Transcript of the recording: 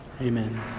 Amen